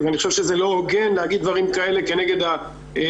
אני חושב שזה לא הוגן להגיד דברים כאלה כנגד הפקידים